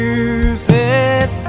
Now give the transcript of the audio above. uses